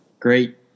great